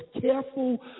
careful